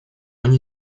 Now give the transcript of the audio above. они